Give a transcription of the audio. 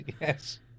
Yes